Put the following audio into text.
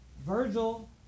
Virgil